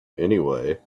anyway